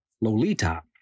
Lolita